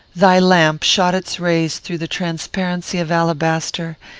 thy lamp shot its rays through the transparency of alabaster,